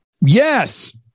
yes